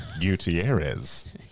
Gutierrez